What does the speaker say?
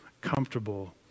comfortable